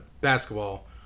basketball